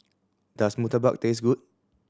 does murtabak taste good